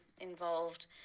involved